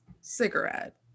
cigarette